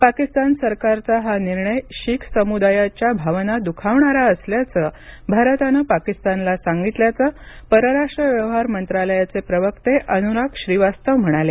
पाकिस्तान सरकारचा हा निर्णय शीख समुदायाच्या भावना द्खावणारा असल्याचं भारतानं पाकिस्तानला सांगितल्याचं परराष्ट्र व्यवहार मंत्रालयाचे प्रवक्ते अनुराग श्रीवास्तव म्हणाले